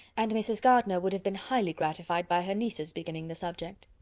and mrs. gardiner would have been highly gratified by her niece's beginning the subject.